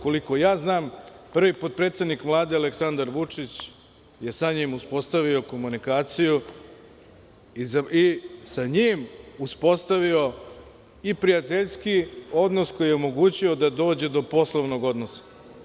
Koliko ja znam prvi potpredsednik Vlade Aleksandar Vučić je sa njim uspostavio komunikaciju i sa njim uspostavio i prijateljski odnos, koji je omogućio da dođe do poslovnog odnosa.